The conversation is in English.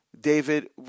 David